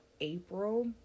April